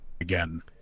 again